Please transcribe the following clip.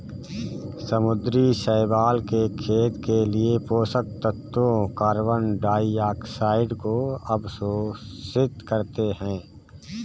समुद्री शैवाल के खेत के लिए पोषक तत्वों कार्बन डाइऑक्साइड को अवशोषित करते है